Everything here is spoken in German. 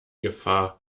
gefahr